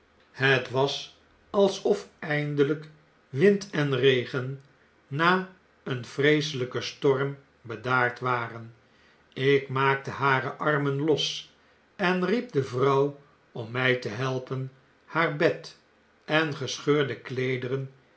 het was alsof eindelijk wind en regen na een vreeseltjken storm bedaard waren ik maakte hare armen los en riep de vrouw om mj te helpen haar bed en gescheurde